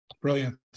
Brilliant